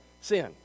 sin